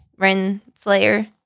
Renslayer